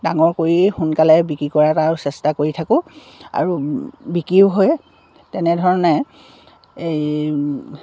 ডাঙৰ কৰিয়ে সোনকালে বিক্ৰী কৰা তাৰ চেষ্টা কৰি থাকোঁ আৰু বিক্ৰীও হয় তেনেধৰণে এই